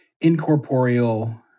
incorporeal